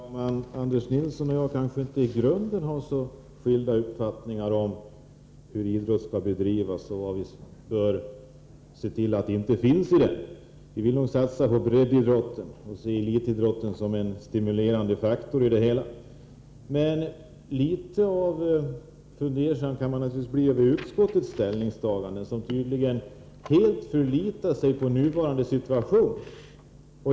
Herr talman! Anders Nilsson och jag kanske inte i grunden har så skilda uppfattningar om hur idrott skall bedrivas och om vad vi bör se till inte skall finnas inom idrotten. Vi vill nog satsa på breddidrotten och se elitidrotten som en stimulerande faktor i det hela. Men litet fundersam kan man naturligtvis bli över utskottets ställningstagande. Utskottet förlitar sig tydligen helt på nuvarande situation.